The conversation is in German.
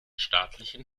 staatlichen